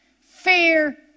Fear